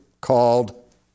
called